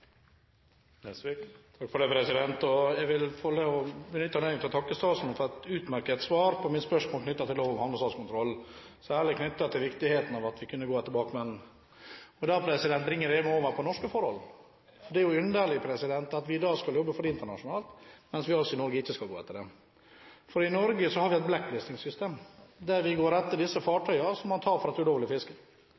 et utmerket svar på mitt spørsmål om lov om havnestatskontroll, særlig knyttet til viktigheten av at vi kunne gå etter bakmenn. Det bringer meg over på norske forhold. Det er underlig at vi skal jobbe for dette internasjonalt, mens vi i Norge ikke skal gå etter det. I Norge har vi et «blacklisting»-system, der vi går etter